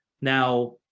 Now